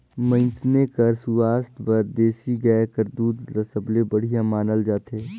मइनसे कर सुवास्थ बर देसी गाय कर दूद ल सबले बड़िहा मानल जाथे